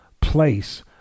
place